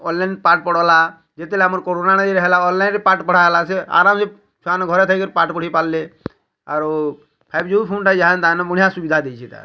online ପାଠ୍ପଢ଼ଲା ଯେତେବେଳେ ଆମର କୋରୋନା ନେଇ ହେଲା ଅନ୍ଲାଇନ୍ରେ ପାଠ୍ପଢ଼ା ହେଲା ସେ ଆରାମ୍ ସେ ଛୁଆମାନେ ଘରେ ଥାଇ କରି ପାଠ୍ ପଢ଼ି ପାରିଲେ ଆରୁ ଏବେ ଯେଉଁ ଫୁନ୍ଟା ଯାହାନେ ତାନେ ବଢ଼ିଆ ସୁବିଧା ବେଇଛି ଏଇଟା ଏକା